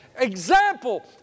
Example